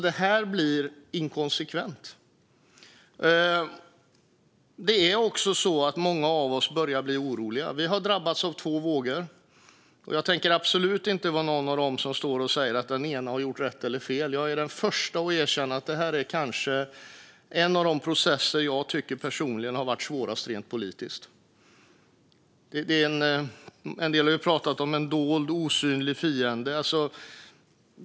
Det blir inkonsekvent. Många av oss börjar bli oroliga. Vi har drabbats av två vågor. Jag tänker absolut inte vara en av dem som står och säger att den ena har gjort rätt eller fel. Jag är den första att erkänna att detta kanske är en av de processer som jag personligen tycker har varit svårast rent politiskt. En del har talat om en dold osynlig fiende.